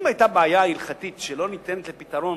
אם היתה בעיה הלכתית שלא ניתנת לפתרון,